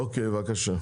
אוקיי בבקשה.